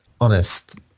Honest